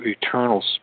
eternal